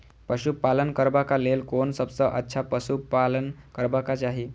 पशु पालन करबाक लेल कोन सबसँ अच्छा पशु पालन करबाक चाही?